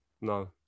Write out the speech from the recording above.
no